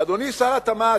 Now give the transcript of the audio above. ואדוני שר התמ"ת,